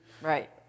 Right